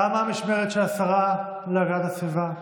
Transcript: תמה המשמרת של השרה להגנת הסביבה,